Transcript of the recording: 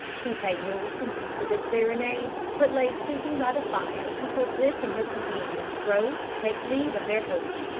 he paid no attention to this serenade, but lay sleeping by the fire until dick and his companions rose to take leave of their host,